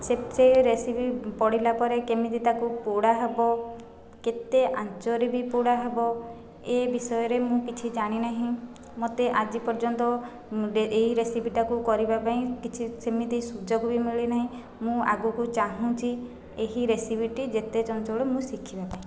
ସେ ସେ ରେସିପି ପଢ଼ିଲା ପରେ କେମିତି ତାକୁ ପୋଡ଼ା ହେବ କେତେ ଆଞ୍ଚରେ ବି ପୋଡ଼ା ହେବ ଏହି ବିଷୟରେ ମୁଁ କିଛି ଜାଣି ନାହିଁ ମୋତେ ଆଜି ପର୍ଯ୍ୟନ୍ତ ଏହି ରେସିପିଟାକୁ କରିବା ପାଇଁ କିଛି ସେମିତି ସୁଯୋଗ ବି ମିଳିନାହିଁ ମୁଁ ଆଗକୁ ଚାହୁଁଛି ଏହି ରେସିପିଟି ଯେତେ ଚଞ୍ଚଳ ମୁଁ ଶିଖିବା ପାଇଁ